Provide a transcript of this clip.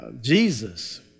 Jesus